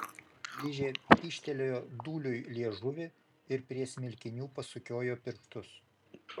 ližė kyštelėjo dūliui liežuvį ir prie smilkinių pasukiojo pirštus